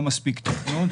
לא מספיק תכנון,